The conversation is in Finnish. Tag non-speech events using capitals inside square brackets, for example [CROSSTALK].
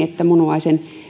[UNINTELLIGIBLE] että munuaisen